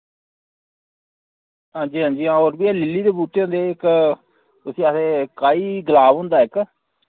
हां जी हां जी हां और ऐं लिली दे बूह्टे होंदे इक उस्सी आखदे काई गुलाब होंदा इक